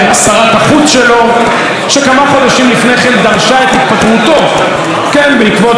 שכמה חודשים לפני כן דרשה את התפטרותו בעקבות מסקנות ועדת וינוגרד,